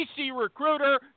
pcrecruiter